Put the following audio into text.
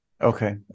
Okay